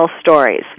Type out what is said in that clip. stories